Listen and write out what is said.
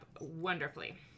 wonderfully